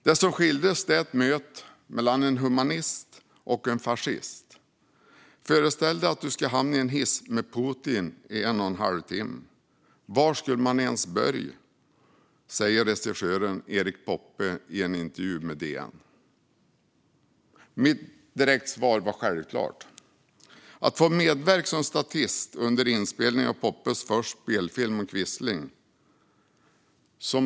"Det som skildras är ett möte mellan en humanist och en fascist. Föreställ dig att du skulle hamna i en hiss med Putin i en och en halv timme. Var skulle man ens börja?" säger regissören Erik Poppe i en intervju i DN. Mitt direkta svar var "Självklart!" till frågan om att medverka som statist under inspelningen av Poppes första spelfilm om Quisling.